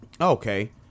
okay